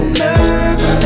nerve